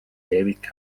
david